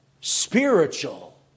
spiritual